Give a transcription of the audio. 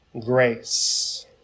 grace